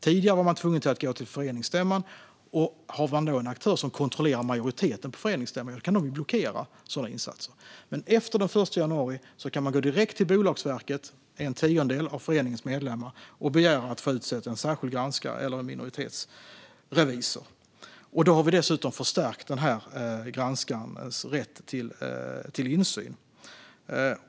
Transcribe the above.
Tidigare var man tvungen att gå till föreningsstämman, och om det då fanns en aktör som kontrollerade majoriteten på föreningsstämman kunde denna aktör blockera sådana insatser. Sedan den 1 januari kan en tiondel av föreningens medlemmar dock gå direkt till Bolagsverket och begära att få en särskild granskare eller en minoritetsrevisor utsedd. Vi har dessutom förstärkt granskarens rätt till insyn.